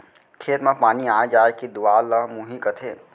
खेत म पानी आय जाय के दुवार ल मुंही कथें